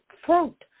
fruit